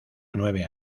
nueve